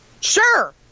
Sure